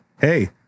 hey